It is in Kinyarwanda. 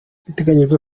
biteganyijwe